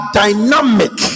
dynamic